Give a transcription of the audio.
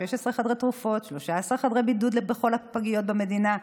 16 חדרי תרופות ו-13 חדרי בידוד בכל הפגיות במדינה,